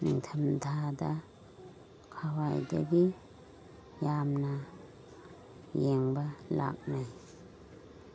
ꯅꯤꯡꯊꯝꯊꯥꯗ ꯈ꯭ꯋꯥꯏꯗꯒꯤ ꯌꯥꯝꯅ ꯌꯦꯡꯕ ꯂꯥꯛꯅꯩ